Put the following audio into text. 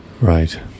right